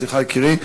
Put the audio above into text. סליחה, יקירי.